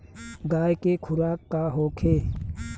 गाय के खुराक का होखे?